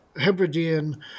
Hebridean